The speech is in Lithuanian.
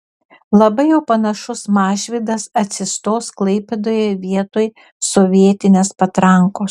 labai jau panašus mažvydas atsistos klaipėdoje vietoj sovietinės patrankos